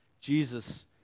Jesus